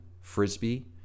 frisbee